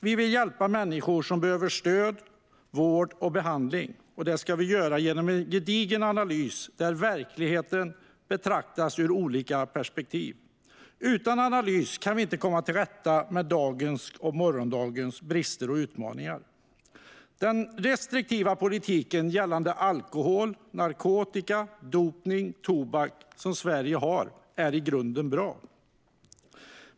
Vi vill hjälpa människor som behöver stöd, vård och behandling. Det ska vi göra genom en gedigen analys där verkligheten betraktas ur olika perspektiv. Utan analys kan vi inte komma till rätta med dagens och morgondagens brister och utmaningar. Sveriges restriktiva politik gällande alkohol, narkotika, dopning och tobak är i grunden bra.